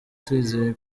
twizeye